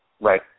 Right